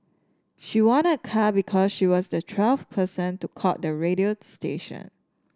she won a car because she was the twelfth person to call the radio station